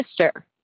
sister